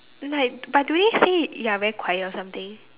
like but do they say you are very quiet or something